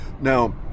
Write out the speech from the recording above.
Now